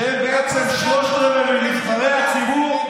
שהם בעצם שלושה רבעים מנבחרי הציבור,